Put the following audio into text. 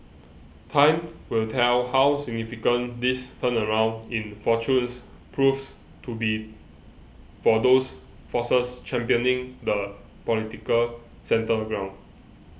time will tell how significant this turnaround in fortunes proves to be for those forces championing the political centre ground